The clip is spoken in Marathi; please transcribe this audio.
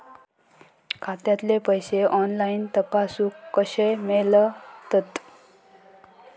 खात्यातले पैसे ऑनलाइन तपासुक कशे मेलतत?